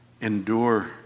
endure